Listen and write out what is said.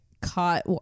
caught